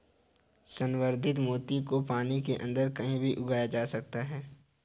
संवर्धित मोती को पानी के अंदर कहीं भी उगाया जा सकता है